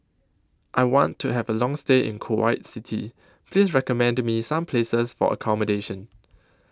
I want to Have A Long stay in Kuwait City Please recommend Me Some Places For accommodation